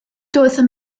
doedd